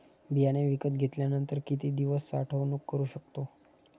बियाणे विकत घेतल्यानंतर किती दिवस साठवणूक करू शकतो?